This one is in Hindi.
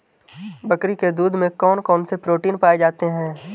बकरी के दूध में कौन कौनसे प्रोटीन पाए जाते हैं?